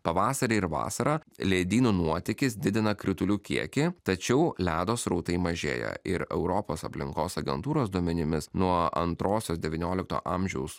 pavasarį ir vasarą ledynų nuotekis didina kritulių kiekį tačiau ledo srautai mažėja ir europos aplinkos agentūros duomenimis nuo antrosios devyniolikto amžiaus